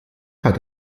hat